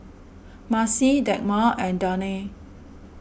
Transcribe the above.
Marci Dagmar and Danae